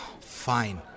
Fine